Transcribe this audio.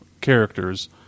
characters